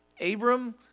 Abram